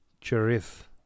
Cherith